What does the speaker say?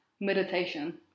Meditation